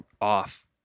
off